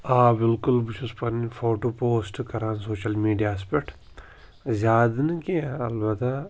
آ بالکل بہٕ چھُس پَنٕنۍ فوٹو پوسٹ کَران سوشَل میٖڈیاہَس پٮ۪ٹھ زیادٕ نہٕ کینٛہہ اَلبَتہ